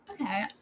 Okay